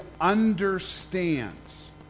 understands